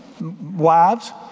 wives